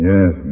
Yes